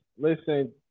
Listen